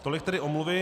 Tolik tedy omluvy.